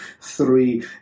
Three